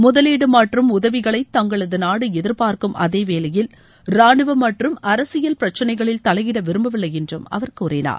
முதலீடு மற்றும் உதவிகளை தங்களது நாடு எதிர்பார்க்கும் அதே வேலையில் ராணுவ மற்றும் அரசியல் பிரச்சனைகளில் தலையிட விரும்பவில்லை என்று அவர் கூறினார்